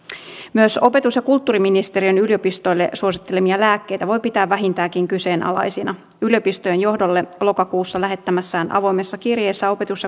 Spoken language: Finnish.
myös opetus ja kulttuuriministeriön yliopistoille suosittelemia lääkkeitä voi pitää vähintäänkin kyseenalaisina yliopistojen johdolle lokakuussa lähettämässään avoimessa kirjeessä opetus